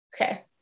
Okay